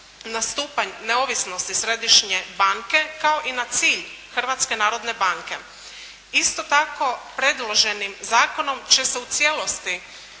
na stupanj neovisnosti Središnje banke kao i na cilj Hrvatske narodne banke. Isto tako predloženim zakonom će se u cijelosti